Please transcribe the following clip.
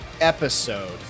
episode